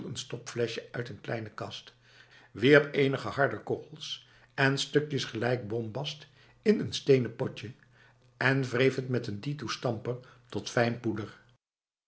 een stopflesje uit een kleine kast wierp enige harde korrels en stukjes gelijk boombast in een stenen potje en wreef het met een dito stamper tot fijn poeder